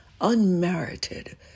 unmerited